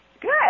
Good